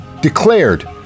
declared